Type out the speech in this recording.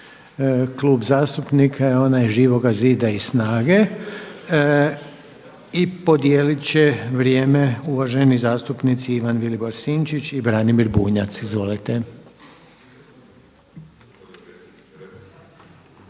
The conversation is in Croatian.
klub zastupnika je onaj Živoga zida i SNAGA-e i podijelit će vrijeme uvaženi zastupnici Ivan Vilibor Sinčić i Branimir Bunjac. Izvolite.